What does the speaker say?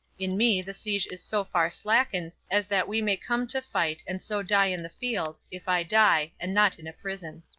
in me the siege is so far slackened, as that we may come to fight, and so die in the field, if i die, and not in a prison.